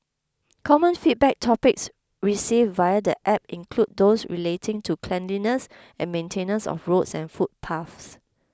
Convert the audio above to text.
common feedback topics received via the app include those relating to cleanliness and maintenance of roads and footpaths